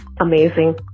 amazing